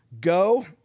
go